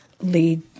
lead